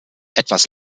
etwas